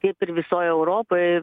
kaip ir visoj europoj